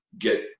get